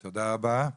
ברשותך,